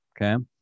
Okay